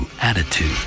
attitude